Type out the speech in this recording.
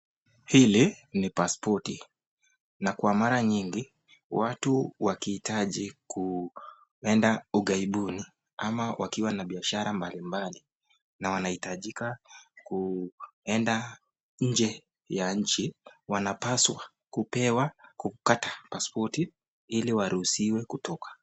Hili ni paspoti. Na kwa mara nyingi, watu wakihitaji kwenda ughaibuni ama wakiwa na biashara mbalimbali na wanahitajika kwenda nje ya nchi, wanapaswa kupewa kukata paspoti ili waruhusiwe kutoka.